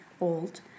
old